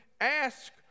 ask